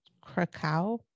Krakow